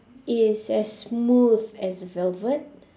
is as smooth as velvet